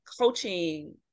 coaching